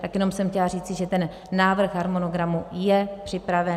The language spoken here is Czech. Tak jenom jsem chtěla říci, že ten návrh harmonogramu je připraven.